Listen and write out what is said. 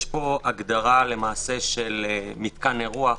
יש פה הגדרה של מתקן אירוח.